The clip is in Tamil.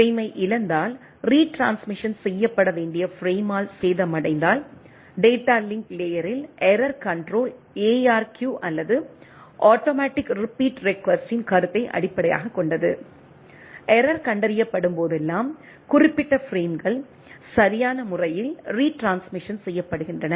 பிரேமை இழந்தால் ரீட்ரான்ஸ்மிசன் செய்யப்பட வேண்டிய பிரேமால் சேதமடைந்தால் டேட்டா லிங்க் லேயரில் எரர் கண்ட்ரோல் ARQ அல்லது ஆட்டோமேட்டிக் ரீபிட் ரிக்வெஸ்ட்டின்கருத்தை அடிப்படையாகக் கொண்டது எரர் கண்டறியப்படும்போதெல்லாம் குறிப்பிட்ட பிரேம்கள் சரியான முறையில் ரீட்ரான்ஸ்மிசன் செய்யப்படுகின்றன